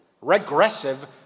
regressive